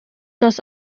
das